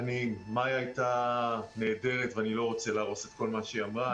מיה הייתה נהדרת ואני לא רוצה להרוס את כל מה שהיא אמרה.